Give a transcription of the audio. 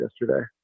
yesterday